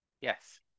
yes